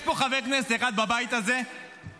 יש פה חבר כנסת אחד בבית הזה מהקואליציה,